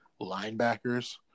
linebackers